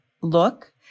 look